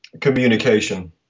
Communication